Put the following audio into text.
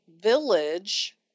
Village